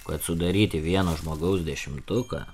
kad sudaryti vieno žmogaus dešimtuką